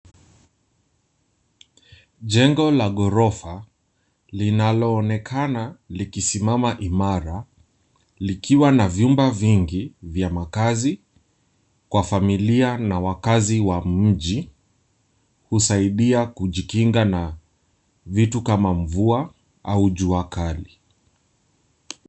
Jengo la gorofa linaloonekana likisimama imara, likiwa na vyumba vingi vya makazi kwa familia na wakazi wa mji, husaidia kujikinga na vitu kama mvua au jua kali.